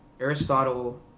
aristotle